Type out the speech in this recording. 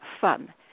fun